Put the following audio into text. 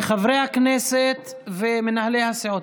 חברי הכנסת ומנהלי הסיעות,